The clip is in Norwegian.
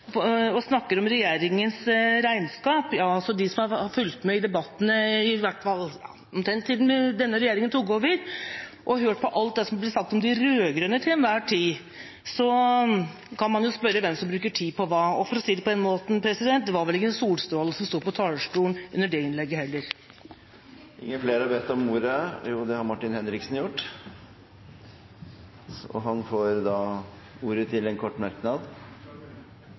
sutrer og snakker om regjeringas regnskap: De som har fulgt med i debattene siden denne regjeringa tok over, og hørt på alt det som er blitt sagt om de rød-grønne til enhver tid, kan jo spørre seg hvem som bruker tid på hva. For å si det på denne måten: Det var vel ingen solstråle som sto på talerstolen under det innlegget heller. Representanten Martin Henriksen har hatt ordet to ganger tidligere og får ordet til en kort merknad,